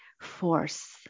force